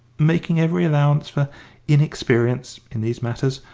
making every allowance for inexperience in these matters,